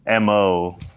MO